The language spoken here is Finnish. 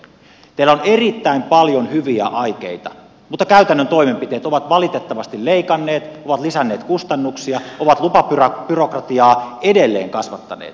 teillä on erittäin paljon hyviä aikeita mutta käytännön toimenpiteet ovat valitettavasti leikanneet ovat lisänneet kustannuksia ovat lupabyrokratiaa edelleen kasvattaneet